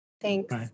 Thanks